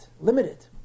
limited